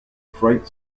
freight